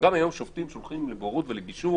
גם היום שופטים שולחים צדדים לבוררות ולגישור.